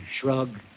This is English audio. shrug